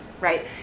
right